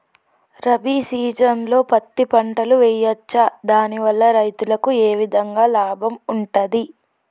రబీ సీజన్లో పత్తి పంటలు వేయచ్చా దాని వల్ల రైతులకు ఏ విధంగా లాభం ఉంటది?